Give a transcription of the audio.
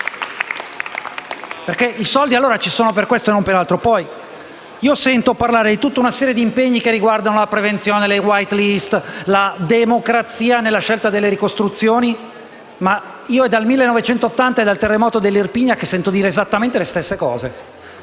I soldi allora ci sono per questo e non per altro. Sento poi parlare di tutta una serie di impegni che riguardano la prevenzione, le *white list*, la democrazia nella scelta delle ricostruzioni. Ma è dal 1980 e dal terremoto dell'Irpinia che sento dire esattamente le stesse cose.